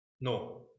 no